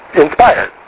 inspired